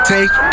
Take